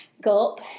gulp